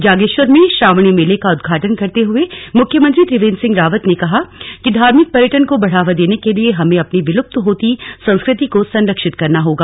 जागेश्वर में श्रावणी मेले का उद्घाटन करते हुए मुख्यमंत्री त्रिवेन्द्र सिंह रावत ने कहा कि धार्मिक पर्यटन को बढ़ावा देने के लिए हमें अपनी विलुप्त होती संस्कृति को संरक्षित करना होगा